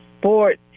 sports